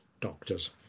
doctors